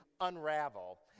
unravel